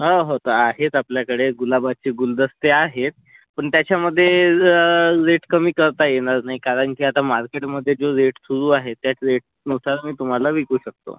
हां हो आहेत आपल्याकडे गुलाबाचे गुलदस्ते आहेत पण त्याच्यामधे रेट कमी करता येणार नाही कारण की आता मार्केटमधे जो रेट सुरू आहे त्याच रेटनुसार मी तुम्हाला विकू शकतो